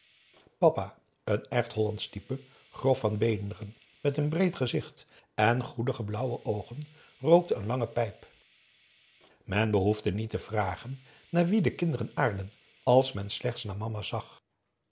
papa een echt hollandsch type grof van beenderen met een breed gezicht en groote goedige blauwe oogen rookte een lange pijp men behoefde niet te vragen naar wie de kinderen aardden als men slechts naar mama zag